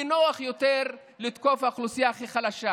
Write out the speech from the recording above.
כי נוח יותר לתקוף את האוכלוסייה הכי חלשה